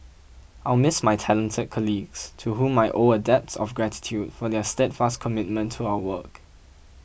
I'll miss my talented colleagues to whom I owe a debt of gratitude for their steadfast commitment to our work